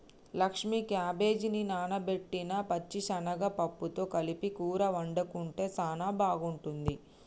లక్ష్మీ క్యాబేజిని నానబెట్టిన పచ్చిశనగ పప్పుతో కలిపి కూర వండుకుంటే సానా బాగుంటుంది